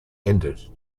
ended